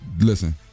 Listen